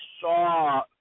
saw